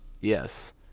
Yes